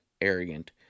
arrogant